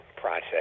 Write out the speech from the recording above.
process